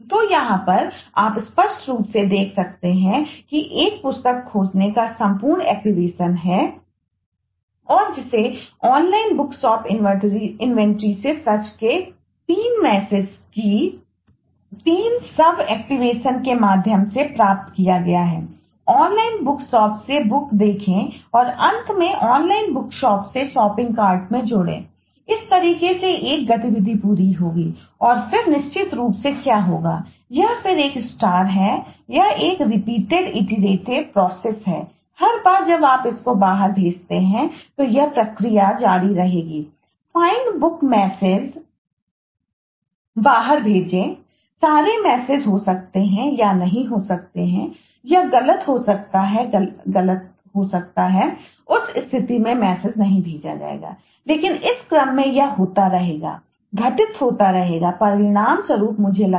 तो यहां पर आप स्पष्ट रूप से देख सकते हैं कि 1 पुस्तक खोजने का संपूर्ण एक्टिवेशन है हर बार जब आप इसको बाहर भेजते हैं तो यह प्रक्रिया जारी रहेगी